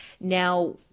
Now